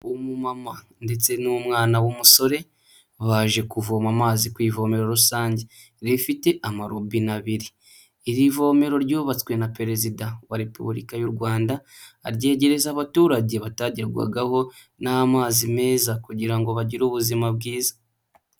Umumama ndetse n'umwana w'umusore baje kuvoma amazi ku ivome rusange rifite amarobine abiri, irivome ryubatswe na Perezida wa Repubulika y'u Rwanda, aryegereza abaturage batagerwagaho n'amazi meza kugira ngo bagire ubuzima bwiza.